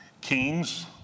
kings